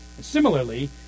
Similarly